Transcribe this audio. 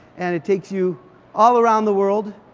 and it takes you all around the world.